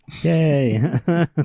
Yay